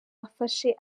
bafashe